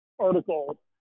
article